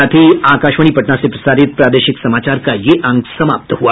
इसके साथ ही आकाशवाणी पटना से प्रसारित प्रादेशिक समाचार का ये अंक समाप्त हुआ